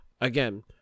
again